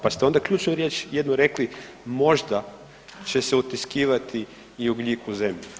Pa ste onda ključnu riječ jednu rekli, možda će se utiskivati i ugljik u zemlju.